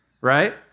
right